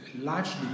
largely